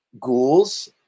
ghouls